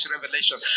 revelation